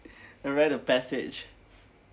the rite of passage